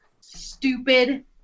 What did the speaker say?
stupid